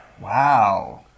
Wow